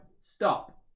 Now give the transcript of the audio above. stop